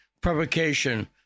provocation